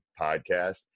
podcast